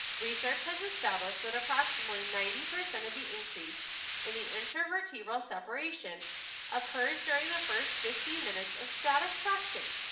research has established that approximately ninety percent of the increase in the intervertebral separation occurs during the first fifteen minutes of static traction,